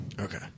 Okay